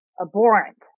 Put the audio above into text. abhorrent